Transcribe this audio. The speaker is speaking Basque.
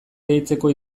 gehitzeko